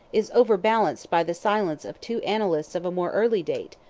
is overbalanced by the silence of two annalist of a more early date,